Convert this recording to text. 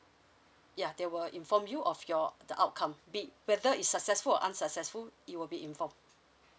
ya they will inform you of your the outcome be whether is successful or unsuccessful it will be informed